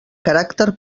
caràcter